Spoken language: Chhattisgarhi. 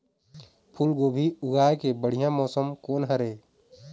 फूलगोभी उगाए के बढ़िया मौसम कोन हर ये?